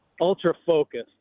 ultra-focused